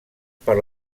per